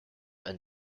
and